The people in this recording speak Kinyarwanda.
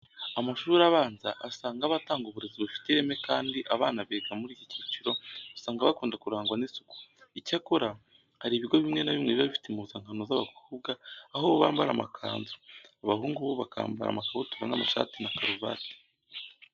Amashuri abanza asanga aba atanga uburezi bufite ireme kandi abana biga muri iki cyiciro usanga bakunda kurangwa n'isuku. Icyakora, hari ibigo bimwe na bimwe biba bifite impuzankano z'abakobwa aho bo bambara amakanzu, abahungu bo bakambara amakabutura, amashati na karuvati.